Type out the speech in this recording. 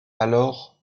alors